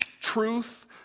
truth